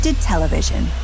television